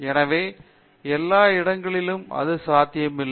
எனவே எல்லா இடங்களிலும் அது சாத்தியமில்லை